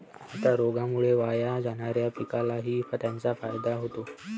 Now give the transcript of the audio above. आता रोगामुळे वाया जाणाऱ्या पिकालाही त्याचा फायदा होतो